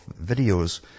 videos